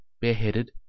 bareheaded